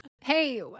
hey